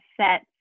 set